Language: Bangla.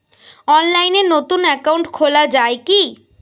অনলাইনে নতুন একাউন্ট খোলা য়ায় কি?